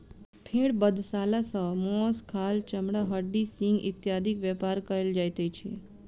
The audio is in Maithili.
भेंड़ बधशाला सॅ मौस, खाल, चमड़ा, हड्डी, सिंग इत्यादिक व्यापार कयल जाइत छै